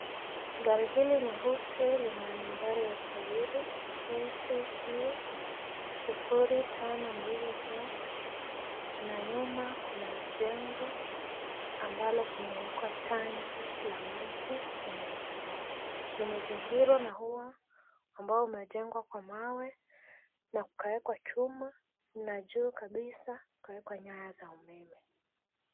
Gari hili nyeusi lina nambari ya usajili KCQ 052X na nyuma kuna jengo ambalo kumewekwa tangi la maji nyeusi. Limezingirwa na ua ambao umejengwa kwa mawe na ukawekwa chuma na juu kabisa ukawekwa nyaya za umeme.